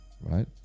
right